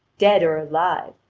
dead or alive,